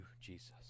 Jesus